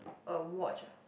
a watch ah